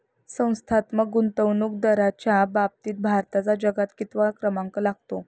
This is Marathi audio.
संस्थात्मक गुंतवणूकदारांच्या बाबतीत भारताचा जगात कितवा क्रमांक लागतो?